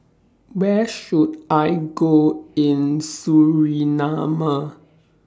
Where should I Go in Suriname